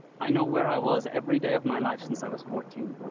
i know where i was every day of my life since i was fourteen.